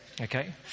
Okay